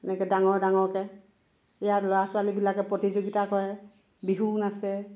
এনেকে ডাঙৰ ডাঙৰকে ইয়াত ল'ৰা ছোৱালী বিলাকে প্ৰতিযোগিতা কৰে বিহু নাচে